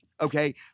okay